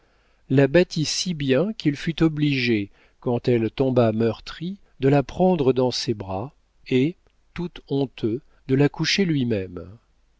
la battit si bien qu'il fut obligé quand elle tomba meurtrie de la prendre dans ses bras et tout honteux de la coucher lui-même